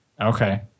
Okay